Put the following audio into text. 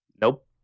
Nope